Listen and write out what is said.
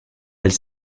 elle